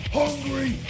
hungry